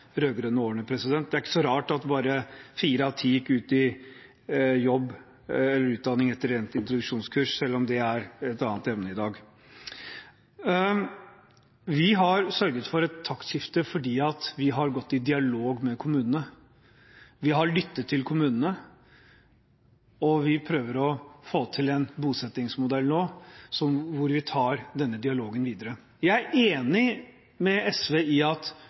årene. Da er det ikke så rart at bare fire av ti gikk ut i jobb eller utdanning etter endt introduksjonskurs, selv om det er et annet emne i dag. Vi har sørget for et taktskifte fordi vi har gått i dialog med kommunene, vi har lyttet til kommunene, og vi prøver nå å få til en bosettingsmodell hvor vi tar denne dialogen videre. Jeg er enig med SV i at